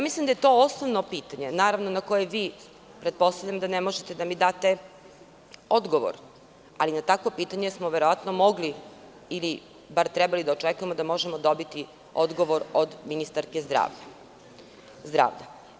Mislim da je to osnovno pitanje, naravno na koje vi, pretpostavljam da ne možete da mi date odgovor, ali na takvo pitanje smo verovatno mogli ili bar trebali da očekujemo da možemo dobiti odgovor od ministarke zdravlja.